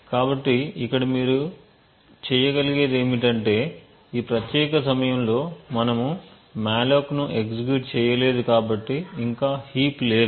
కాబట్టి ఇక్కడ మీరు గలిగేది ఏమిటంటే ఈ ప్రత్యేక సమయంలో మనము మాలోక్ ను ఎగ్జిక్యూట్ చేయలేదు కాబట్టి ఇంకా హీప్ లేదు